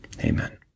Amen